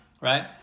right